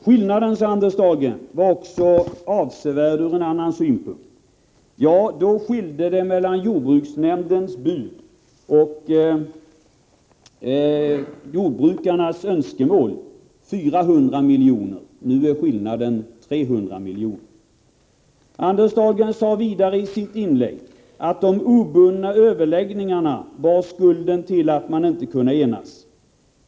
Skillnaden var avsevärd, sade Anders Dahlgren, också ur en annan synvinkel. Ja, då skilde det 400 milj.kr. mellan jordbruksnämndens bud och jordbrukarnas önskemål. Nu är skillnaden 300 milj.kr. Anders Dahlgren sade vidare i sitt inlägg att de obundna överläggningarna bar skulden för att man inte kunde enas.